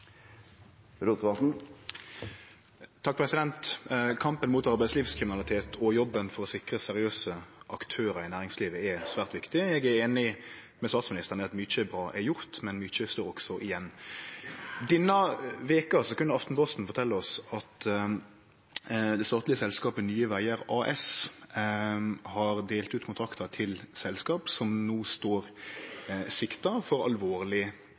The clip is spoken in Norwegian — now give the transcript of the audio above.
Kampen mot arbeidslivkriminalitet og jobben for å sikre seriøse aktørar i næringslivet er svært viktig. Eg er einig med statsministeren i at mykje bra er gjort, men mykje står også igjen. Denne veka kunne Aftenposten fortelje oss at det statlege selskapet Nye Vegar AS har delt ut kontraktar til selskap som no er sikta for alvorleg